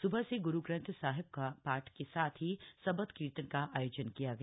सुबह से ग्रू ग्रन्थ साहब का पाठ के साथ ही सबद कीर्तन का आयोजन किया गया